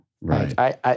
Right